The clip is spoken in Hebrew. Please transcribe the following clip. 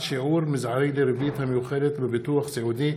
שיעור מזערי לריבית המיוחדת בביטוח סיעודי),